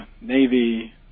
Navy